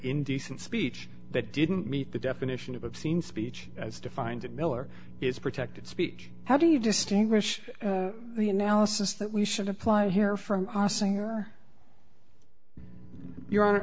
indecent speech that didn't meet the definition of obscene speech as defined in miller is protected speech how do you distinguish the analysis that we should apply here from crossing you